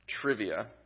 trivia